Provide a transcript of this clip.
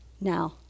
Now